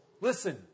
Listen